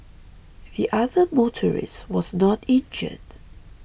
the other motorist was not injured